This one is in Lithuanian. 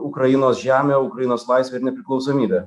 ukrainos žemę ukrainos laisvę ir nepriklausomybę